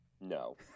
no